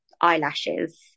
eyelashes